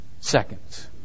seconds